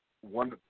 one